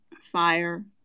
fire